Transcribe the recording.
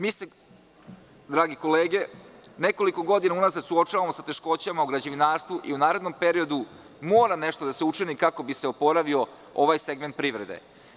Mi se, drage kolege, nekoliko godina suočavamo sa teškoćama u građevinarstvu i u narednom periodu mora nešto da se učini kako bi se oporavio ovaj segment privrede.